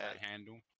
handle